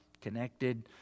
connected